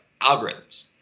algorithms